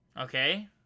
Okay